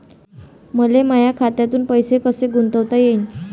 मले माया खात्यातून पैसे कसे गुंतवता येईन?